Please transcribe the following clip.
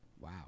Wow